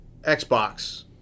Xbox